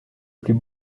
plus